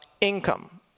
income